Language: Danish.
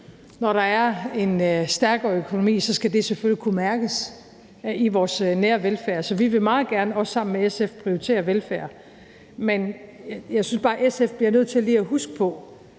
Når der er en stærkere økonomi, skal det selvfølgelig kunne mærkes i vores nære velfærd. Så vi vil meget gerne, også sammen med SF, prioritere velfærd, men jeg synes bare, at SF bliver nødt til lige at huske på,